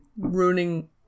Ruining